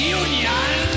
union